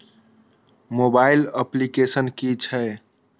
Mobile application कि छै?